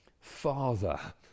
Father